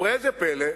וראה זה פלא,